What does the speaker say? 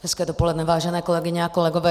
Hezké dopoledne, vážené kolegyně a kolegové.